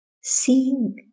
seeing